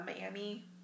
Miami